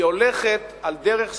היא הולכת על דרך סלולה,